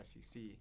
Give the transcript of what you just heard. SEC